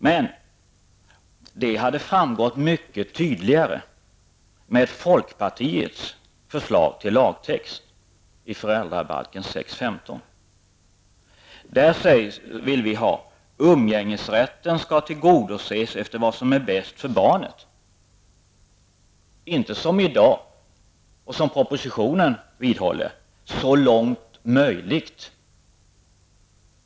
Men detta hade framgått mycket tydligare med folkpartiets förslag till lagtext i föräldrabalken 6:15, där vi vill att umgängesrätten skall tillgodoses efter vad som är bäst för barnet -- inte som i dag och som propositionen förordar: ''så långt som möjligt''.